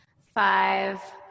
five